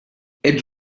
ets